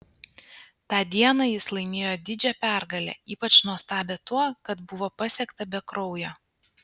tą dieną jis laimėjo didžią pergalę ypač nuostabią tuo kad buvo pasiekta be kraujo